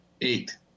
Eight